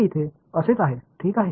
हे इथे असेच आहे ठीक आहे